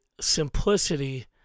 simplicity